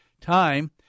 time